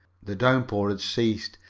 the downpour had ceased,